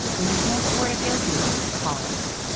when you can't afford a guilty, call us.